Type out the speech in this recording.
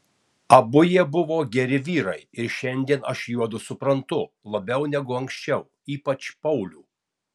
abu jie buvo geri vyrai ir šiandien aš juodu suprantu labiau negu anksčiau ypač paulių